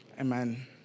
Amen